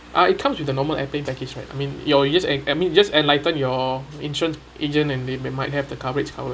ah it comes with a normal airplane package right I mean your you just en~ I mean you just enlighten your insurance agent and they may might have the coverage covered